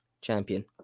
champion